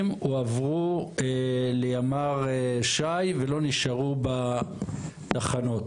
הועברו לימ"ר ש"י ולא נשארו בתחנות?